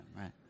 right